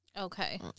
Okay